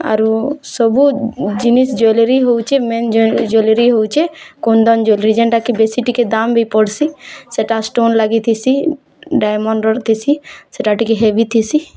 ଆରୁ ସବୁଜିନିଷ୍ ଜ୍ୱେଲେରୀ ହଉଛେ ମେନ୍ ଜ୍ୱେଲେରୀ ହେଉଛି କୁନ୍ଦନ୍ ଜ୍ୱେଲେରୀ ଯେଣ୍ଟାକି ବେଶୀ ଟିକେ ଦାମ୍ ବି ପଡ଼୍ସିଁ ସେଟା ଷ୍ଟୋନ୍ ଲାଗିଥିସି ଡ଼ାଇମଣ୍ଡର ଥିସୀ ସେଇଟା ଟିକେ ହେବି ଥିସି